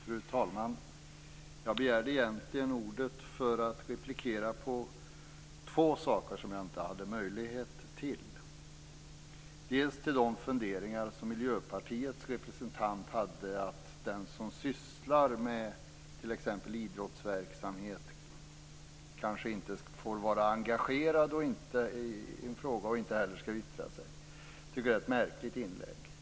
Fru talman! Jag begärde egentligen ordet för att replikera på två saker som jag inte hade möjlighet till tidigare. Den ena gäller de funderingar som Miljöpartiets representant hade om att den som sysslar med t.ex. idrottsverksamhet kanske inte får vara engagerad i en fråga och inte heller skall yttra sig. Jag tycker att det är ett märkligt inlägg.